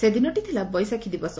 ସେଦିନଟି ଥିଲା ବୈଶାଖୀ ଦିବସ